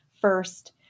first